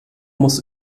muss